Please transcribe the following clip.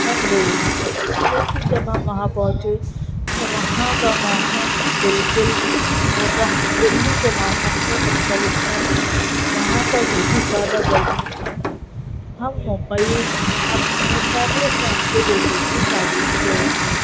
ٹھنڈ ہوگی لیکن جب ہم وہاں پہنچے تو وہاں کا موسم بالکل گویا دلی کے موسم سے مختلف تھا وہاں پر بہت زیادہ گرمی تھی ہم بمبئی اپنے فیملی فرینڈ کے بیٹے کی شادی میں گئے تھے